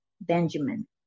Benjamin